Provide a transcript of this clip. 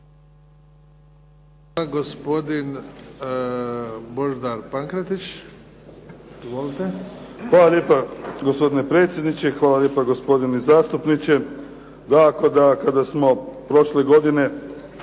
**Pankretić, Božidar (HSS)** Hvala lijepa gospodine predsjedniče, hvala lijepa gospodine zastupniče. Dakako da kada smo prošle godine